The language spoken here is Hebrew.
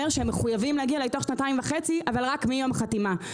שהם מחויבים להגיע אליי תוך שנתיים וחצי אבל רק מיום החתימה.